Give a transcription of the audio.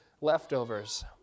leftovers